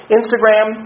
Instagram